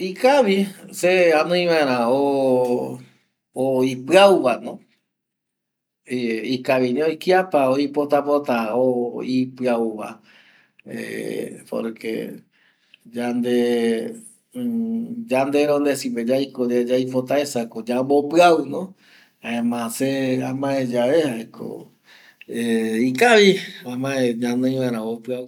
Ouyevi meja yande maenduayae ñai tateɨ oupitɨtapako yandeve yakuru vaera añae kua jeta reve guaju yayuva yae yaguapɨvoi ñai meja iarambo ñaroma ñai kia oñono vaera yande yakaru jaema jokope yande ñai